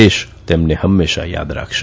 દેશ તેમને હંમેશા યાદ રાખશે